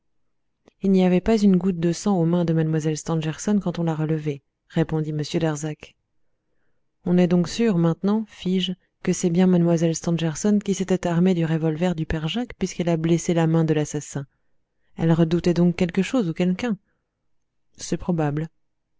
il n'y avait pas une goutte de sang aux mains de mlle stangerson quand on l'a relevée répondit m darzac on est donc sûr maintenant fis-je que c'est bien mlle stangerson qui s'était armée du revolver du père jacques puisqu'elle a blessé la main de l'assassin elle redoutait donc quelque chose ou quelqu'un c'est probable